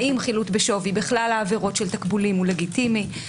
האם חילוט בשווי בכלל העבירות של תקבולים הוא לגיטימי,